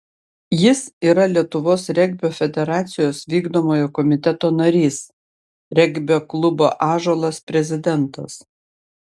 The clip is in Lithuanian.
jis yra lietuvos regbio federacijos vykdomojo komiteto narys regbio klubo ąžuolas prezidentas